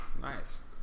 nice